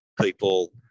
people